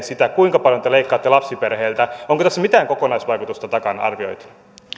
sitä kuinka paljon te leikkaatte lapsiperheiltä onko tässä mitään kokonaisvaikutusta takana arvioitu